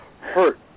hurt